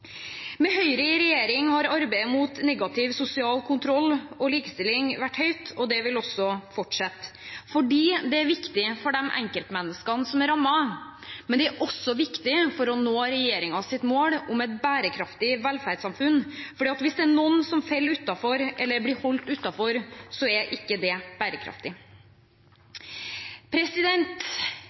Med Høyre i regjering har arbeidet mot negativ sosial kontroll og likestilling vært høyt oppe, og det vil også fortsette, for det er viktig for de enkeltmenneskene som er rammet, men det er også viktig for å nå regjeringens mål om et bærekraftig velferdssamfunn. Hvis det er noen som faller utenfor eller blir holdt utenfor, er ikke det bærekraftig.